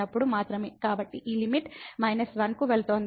కాబట్టి ఈ లిమిట్ −1 కు వెళుతోంది